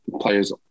players